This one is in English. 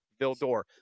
Vildor